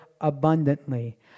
abundantly